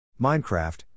Minecraft